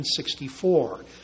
1964